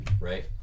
Right